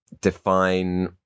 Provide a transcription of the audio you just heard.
define